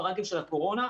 מרג"ים של הקורונה,